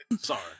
Sorry